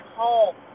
home